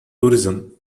tourism